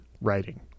writing